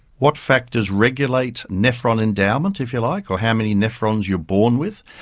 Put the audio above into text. what factors regulate nephron endowment, if you like, or how many nephrons you're born with?